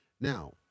now